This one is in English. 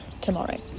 tomorrow